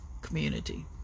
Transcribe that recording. community